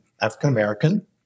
African-American